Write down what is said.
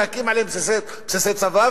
להקים עליהן בסיסי צבא,